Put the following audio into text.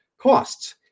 costs